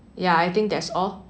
ya I think that's all